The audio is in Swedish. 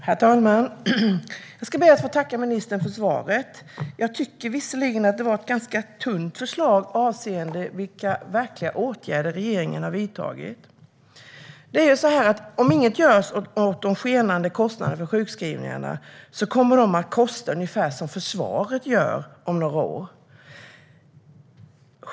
Herr talman! Jag ska be att få tacka ministern för svaret. Jag tycker visserligen att det var ganska tunt avseende vilka verkliga åtgärder regeringen har vidtagit. Om inget görs åt de skenande kostnaderna för sjukskrivningarna kommer de om några år att vara ungefär lika stora som kostnaderna för försvaret.